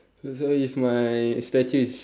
so if my statue is